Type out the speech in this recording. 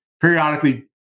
periodically